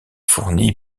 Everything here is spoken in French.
fournie